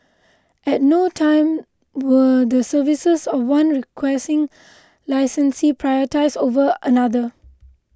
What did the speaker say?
at no time were the services of one Requesting Licensee prioritised over another